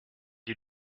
die